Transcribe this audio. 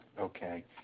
Okay